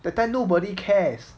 that time nobody cares